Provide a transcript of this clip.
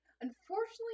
Unfortunately